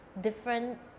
different